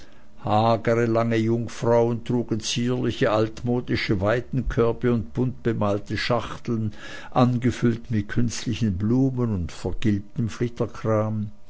hagere lange jungfrauen trugen zierliche altmodische weidenkörbe und buntbemalte schachteln angefüllt mit künstlichen blumen und vergilbtem